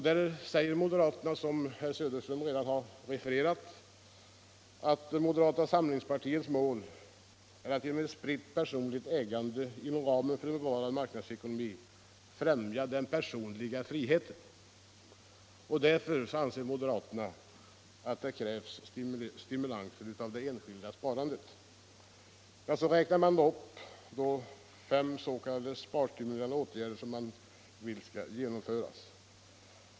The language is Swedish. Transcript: Där säger moderaterna, såsom herr Söderström redan har refererat, att moderata samlingspartiets mål är att genom ett spritt personligt ägande inom ramen för en bevarad samhällsekonomi främja den personliga friheten. Därför anser moderaterna att det krävs stimulanser för det enskilda sparandet, och så räknar man upp fem s.k. sparstimulerande åtgärder, som man önskar få genomförda.